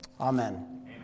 Amen